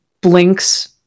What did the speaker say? blinks